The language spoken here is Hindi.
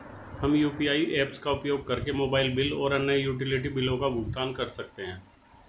हम यू.पी.आई ऐप्स का उपयोग करके मोबाइल बिल और अन्य यूटिलिटी बिलों का भुगतान कर सकते हैं